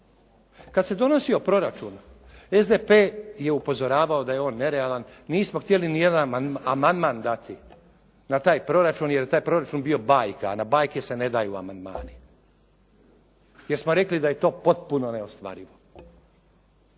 Kad se donosio proračun SDP je upozoravao da je on nerealan, nismo htjeli ni jedan amandman dati na taj proračun jer je taj proračun bio bajka, a na bajke se ne daju amandmani, jer smo rekli da je to potpuno neostvarivo.